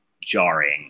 jarring